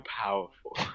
powerful